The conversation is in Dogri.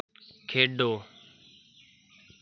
खेढो